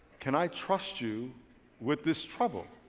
can i trust you with this trouble?